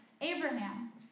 Abraham